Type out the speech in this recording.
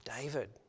David